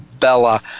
Bella